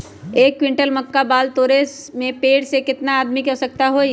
एक क्विंटल मक्का बाल तोरे में पेड़ से केतना आदमी के आवश्कता होई?